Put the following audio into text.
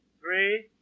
Three